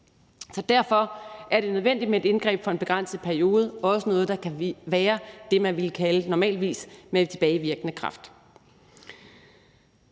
Så derfor er det nødvendigt med et indgreb i en begrænset periode, også noget, der kan være det, man normalvis ville kalde med tilbagevirkende kraft.